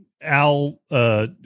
Al